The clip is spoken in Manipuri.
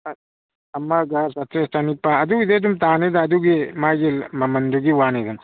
ꯑꯃꯒ ꯆꯥꯇꯔꯦꯠ ꯆꯥꯅꯤꯄꯥꯜ ꯑꯗꯨꯒꯤꯗꯤ ꯑꯗꯨꯝ ꯇꯥꯅꯤꯗ ꯑꯗꯨꯒꯤ ꯃꯥꯒꯤ ꯃꯃꯟꯗꯨꯒꯤ ꯋꯥꯅꯤꯗꯅ